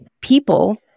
people